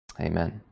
Amen